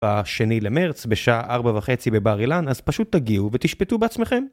בשני למרץ, בשעה ארבע וחצי בבר אילן, אז פשוט תגיעו, ותשפטו בעצמכם